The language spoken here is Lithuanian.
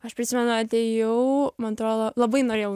aš prisimenu atėjau man atrodo labai norėjau